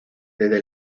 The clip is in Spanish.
desde